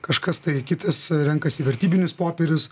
kažkas tai kitas renkasi vertybinius popierius